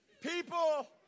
People